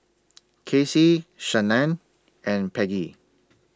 Kacey Shannan and Peggie